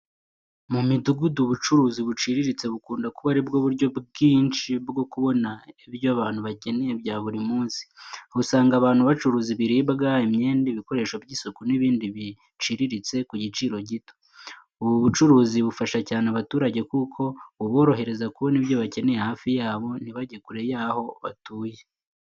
Mu midugudu, ubucuruzi buciriritse bukunda kuba ari bwo buryo bwinshi bwo kubona ibyo abantu bakeneye bya buri munsi. Aha usanga abantu bacuruza ibiribwa, imyenda, ibikoresho by’isuku n’ibindi biciriritse ku giciro gito. Ubu bucuruzi bufasha cyane abaturage kuko buborohereza kubona ibyo bakeneye hafi yabo, ntibajye kure y’aho batuye.